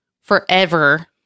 forever